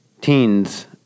teens